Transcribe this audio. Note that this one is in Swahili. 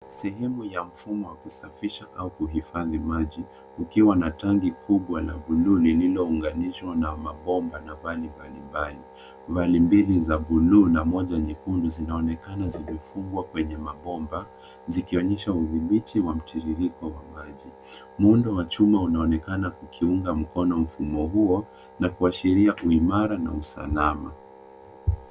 Sehemu ya mfumo wa kusafisha au kuhifadhi maji, ukiwa na tangi kubwa la buluu lililounganishwa na mabomba na vali mbalimbali. Vali mbili mbili za buluu na moja nyekundu zinaonekana zilifungwa kwenye mabomba, zikionyesha udhibiti wa mtiririko wa maji. Muundo wa chuma unaonekana kukiunga mkono mfumo huo na kuashiria uimara na usalama.